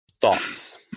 Thoughts